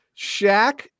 Shaq